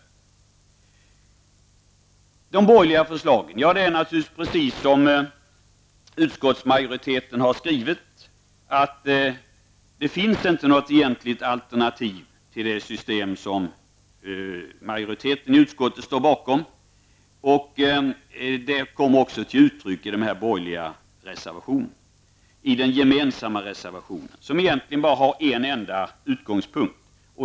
Apropå de borgerliga förslaget vill jag betona att det inte, precis som utskottsmajoriteten har skrivit, finns något egentligt alternativ till de system som majoriteten i utskottet står bakom. Det kom också till uttryck i den gemensamma borgerliga reservationen, som egentligen bara har en enda utgångspunkt.